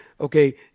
okay